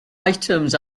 items